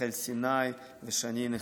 רחלי סיני ושני נחמיה.